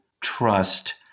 trust